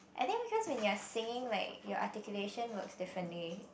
I think cause when your singing like your articulation works differently